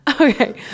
Okay